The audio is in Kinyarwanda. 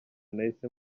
nahise